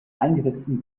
eingesetzten